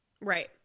Right